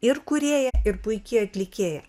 ir kūrėja ir puiki atlikėja